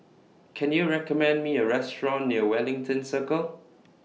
Can YOU recommend Me A Restaurant near Wellington Circle